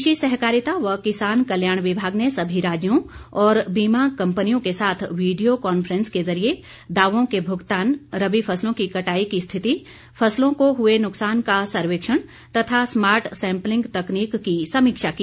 कृषि सहकारिता व किसान कल्याण विभाग ने सभी राज्यों और बीमा कंपनियों के साथ वीडियों कांफ्रेंस के जरिये दावों के भुगतान रबी फसलों की कटाई की स्थिति फसलों को हुए नुकसान का सर्वेक्षण तथा स्मार्ट सैंप्लिंग तकनीक की समीक्षा की